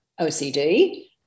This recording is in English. OCD